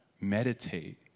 meditate